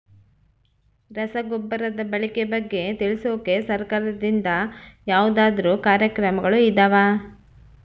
ರಸಗೊಬ್ಬರದ ಬಳಕೆ ಬಗ್ಗೆ ತಿಳಿಸೊಕೆ ಸರಕಾರದಿಂದ ಯಾವದಾದ್ರು ಕಾರ್ಯಕ್ರಮಗಳು ಇದಾವ?